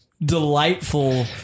delightful